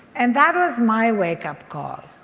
and that was my wake up call.